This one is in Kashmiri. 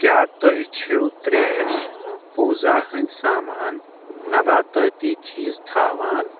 کیٛاہ تُہۍ چھِو ترٛیش پوٗزا ہِنٛدۍ سامان نباتٲتی چیٖز تھاوان؟